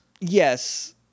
Yes